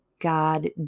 God